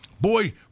boy